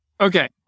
okay